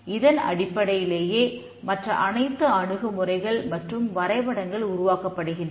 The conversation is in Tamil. இதன் அடிப்படையிலேயே மற்ற அனைத்து அணுகுமுறைகள் மற்றும் வரைபடங்கள் உருவாக்கப்படுகின்றன